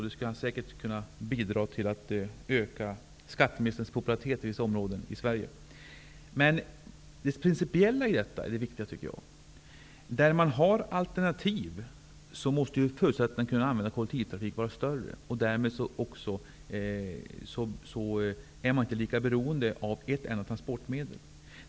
Det skulle säkert bidra till att öka skatteministerns popularitet i vissa områden i Sverige. Det viktiga i detta sammanhang är det principiella. Där man har alternativ måste förutsättningen att använda kollektivtrafik vara bättre. I så fall är man inte lika beroende av ett enda transportmedel.